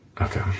okay